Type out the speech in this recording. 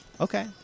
Okay